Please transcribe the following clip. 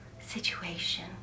situation